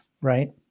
right